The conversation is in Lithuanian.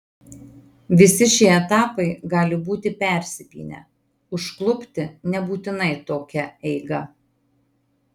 visi šie etapai gali būti persipynę užklupti nebūtinai tokia eiga